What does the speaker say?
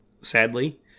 sadly